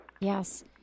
Yes